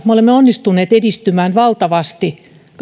me olemme onnistuneet edistymään valtavasti